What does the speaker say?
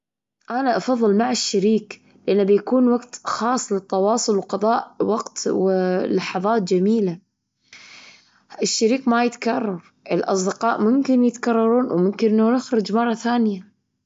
أنا أفضل مع الشريك لأنه بيكون وقت خاص للتواصل وقضاء وقت ولحظات جميلة. الشريك ما يتكرر الأصدقاء ممكن يتكررون وممكن إنه نخرج مرة ثانية.